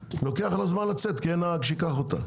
ולוקח לה זמן לצאת כי אין נהג שייקח אותה.